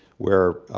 where,